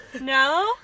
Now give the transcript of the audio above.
No